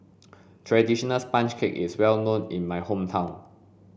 traditional sponge cake is well known in my hometown